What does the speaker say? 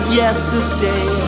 yesterday